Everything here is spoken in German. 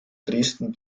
dresden